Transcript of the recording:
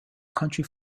country